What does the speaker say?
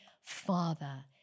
Father